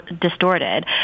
distorted